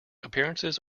appearances